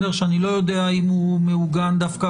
אני אומר שאני לא יודע אם הוא מעוגן דווקא